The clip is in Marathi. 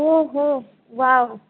हो हो वाव